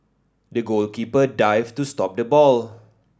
the goalkeeper dived to stop the ball